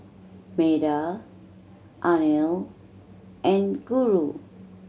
Medha Anil and Guru